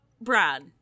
Brad